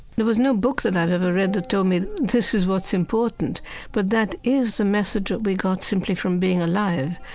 there was no book that i ever read that told me, this is what's important but that is the message that we got simply from being alive.